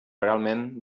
realment